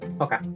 Okay